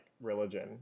religion